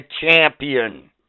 champion